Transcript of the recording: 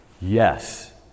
Yes